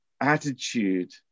attitude